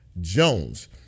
Jones